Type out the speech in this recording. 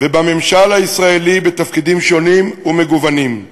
ובממשל הישראלי בתפקידים שונים ומגוונים.